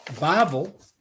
Bible